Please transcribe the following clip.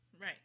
Right